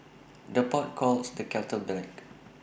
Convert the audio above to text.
the pot calls the kettle black